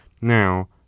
now